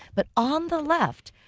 but on the left,